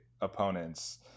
opponents